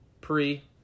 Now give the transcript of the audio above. pre